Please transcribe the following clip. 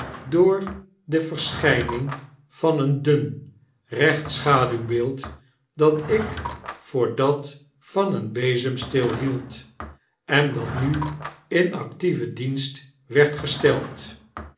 door de verschfining van een dun recht schaduwbeeld dat ik voor dat van een bezemsteel hield en dat nu in actieven dienst werd gesteld